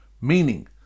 meaning